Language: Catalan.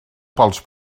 pels